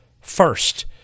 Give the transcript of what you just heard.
first